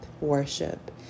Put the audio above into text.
worship